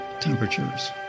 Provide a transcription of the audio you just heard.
temperatures